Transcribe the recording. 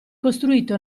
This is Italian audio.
costruito